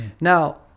Now